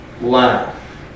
laugh